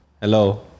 Hello